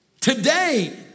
today